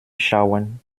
schauen